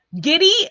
giddy